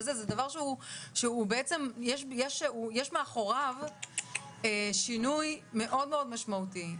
זה דבר שיש מאחורי שינוי מאוד מאוד משמעותי,